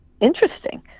interesting